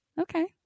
Okay